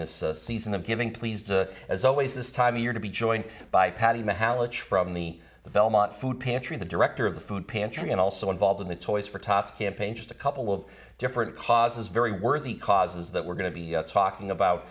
in this season of giving pleased as always this time of year to be joined by patty about how much from the belmont food pantry the director of the food pantry and also involved in the toys for tots campaign just a couple of different causes very worthy causes that we're going to be talking